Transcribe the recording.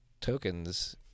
tokens